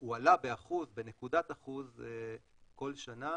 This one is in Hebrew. הוא עלה בנקודת אחוז כל שנה